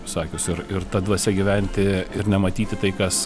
sakius ir ir ta dvasia gyventi ir nematyti tai kas